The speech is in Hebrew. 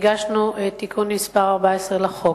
הגשנו תיקון מס' 14 לחוק.